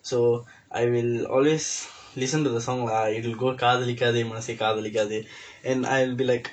so I will always listen to the song lah it will go காதலிக்காதே மனசே காதலிக்காதே:kaathalikkaathee manasee kaathalikkaathee and I'll be like